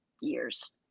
years